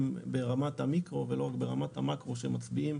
ברמת המיקרו ולא רק ברמת המקרו שיסבירו